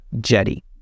Jetty